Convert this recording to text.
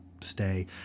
stay